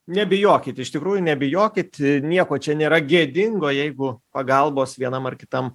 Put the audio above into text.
nebijokit iš tikrųjų nebijokit nieko čia nėra gėdingo jeigu pagalbos vienam ar kitam